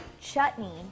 chutney